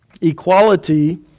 Equality